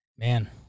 Man